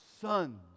sons